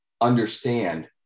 understand